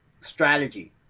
strategy